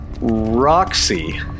Roxy